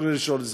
אחרי 1 בספטמבר.